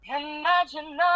imagine